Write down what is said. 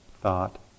thought